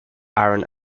aaron